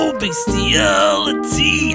bestiality